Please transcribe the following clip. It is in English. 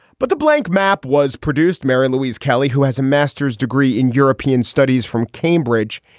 but the blank map was produced. mary louise kelly, who has a master's degree in european studies from cambridge.